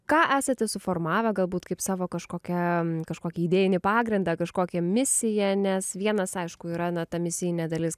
ką esate suformavę galbūt kaip savo kažkokią kažkokį idėjinį pagrindą kažkokią misiją nes vienas aišku yra na ta misijinė dalis